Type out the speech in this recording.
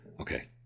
Okay